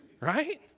Right